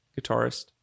guitarist